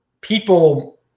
people